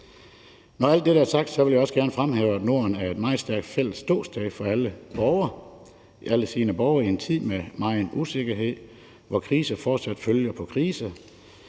Når alt dette er sagt, vil jeg også gerne fremhæve, at Norden er et meget stærkt fælles ståsted for alle dets borgere i en tid med megen usikkerhed, hvor krise fortsat følger på krise.